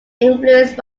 influenced